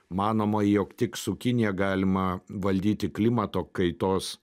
manoma jog tik su kinija galima valdyti klimato kaitos